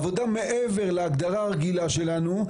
עבודה מעבר להגדרה הרגילה שלנו,